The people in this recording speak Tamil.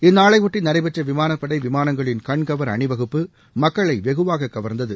இந்நாளைபொட்டி நடைபெற்ற விமானப்படை விமானங்களின் கண்கவர் அணிவகுப்பு மக்களை வெகுவாக கவா்ந்தது